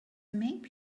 make